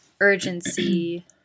urgency